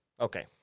Okay